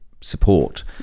support